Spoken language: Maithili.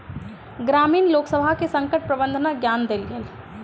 ग्रामीण लोकसभ के संकट प्रबंधनक ज्ञान देल गेल